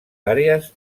àrees